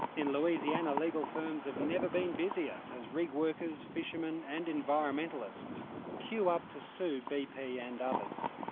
in louisiana legal firms have never been busier as rig workers, fishermen and environmentalists queue up to sue bp and others.